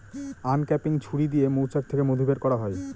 uncapping ছুরি দিয়ে মৌচাক থেকে মধু বের করা হয়